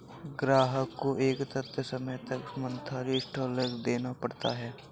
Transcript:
ग्राहक को एक तय समय तक मंथली इंस्टॉल्मेंट देना पड़ता है